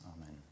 Amen